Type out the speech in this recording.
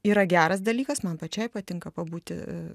yra geras dalykas man pačiai patinka pabūti